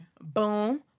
Boom